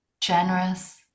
Generous